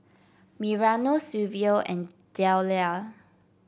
Mariano Silvio and Dellia